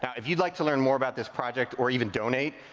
yeah if you'd like to learn more about this project or even donate,